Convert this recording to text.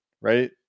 right